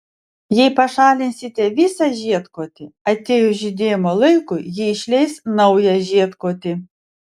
jei pašalinsite visą žiedkotį atėjus žydėjimo laikui ji išleis naują žiedkotį